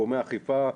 גורמי האכיפה,